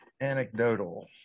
anecdotal